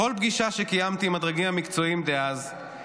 בכל פגישה שקיימתי עם הדרגים המקצועיים דאז,